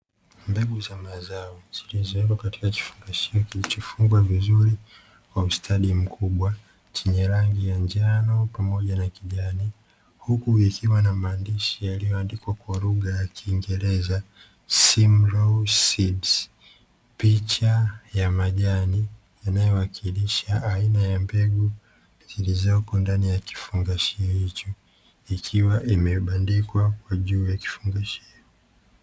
Mbegu za mazao ziizowekwa katika kifungashio kiichofungwa vizuri kwa ustadi mkubwa chenye rangi ya njano pamoja na kijani, huku ikiwa na maandishi yaliyoandikwa kwa lugha ya kiingereza ''simlaw seeds'' picha ya majani yanayowakilisha aina ya mbegu zilizoko ndani ya kifungashio hicho ikiwa imebandikwa kwenye juu ya kifungashio.